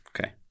Okay